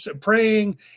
praying